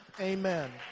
Amen